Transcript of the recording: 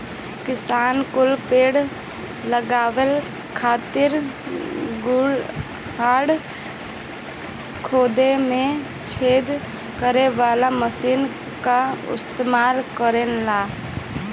किसान कुल पेड़ लगावे खातिर गड़हा खोदे में छेद करे वाला मशीन कअ उपयोग करेलन